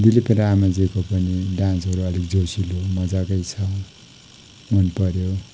दिलिप रायमाझीको पनि डान्सहरू अलिक जोसिलो मज्जाकै छ मनपऱ्यो